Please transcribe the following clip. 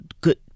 good